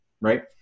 right